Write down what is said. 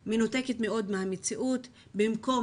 והיא מאוד מנותקת מהמציאות כאשר במקום